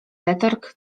letarg